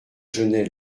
genest